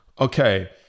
okay